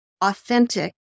authentic